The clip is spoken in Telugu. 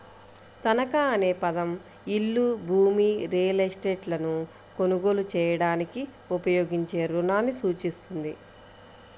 తనఖా అనే పదం ఇల్లు, భూమి, రియల్ ఎస్టేట్లను కొనుగోలు చేయడానికి ఉపయోగించే రుణాన్ని సూచిస్తుంది